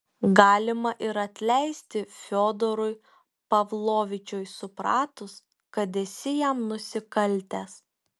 galima ir atleisti fiodorui pavlovičiui supratus kad esi jam nusikaltęs